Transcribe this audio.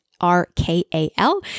R-K-A-L